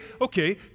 okay